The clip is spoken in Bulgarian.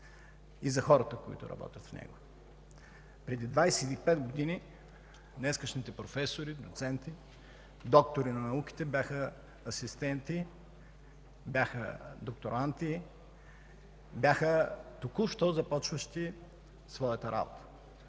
и за хората, които работят в него. Преди 25 години днешните професори, доценти, доктори на науките бяха асистенти, бяха докторанти, току-що започваха своята работа.